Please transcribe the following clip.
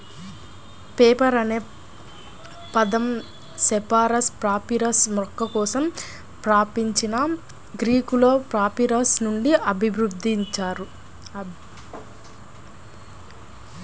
paper అనే పదం cyperus papyrus మొక్క కోసం ప్రాచీన గ్రీకులో పాపిరస్ నుండి ఉద్భవించింది